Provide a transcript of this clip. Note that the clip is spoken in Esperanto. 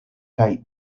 kaj